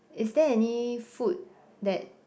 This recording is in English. is there any food that